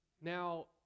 Now